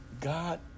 God